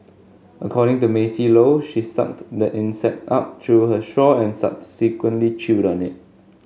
according to Maisie Low she sucked the insect up through her straw and subsequently chewed on it